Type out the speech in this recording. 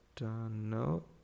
No